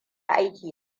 aiki